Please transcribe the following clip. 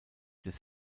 des